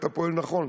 אתה פועל נכון.